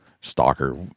stalker